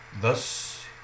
thus